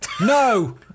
No